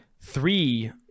Three